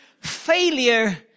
failure